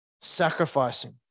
Sacrificing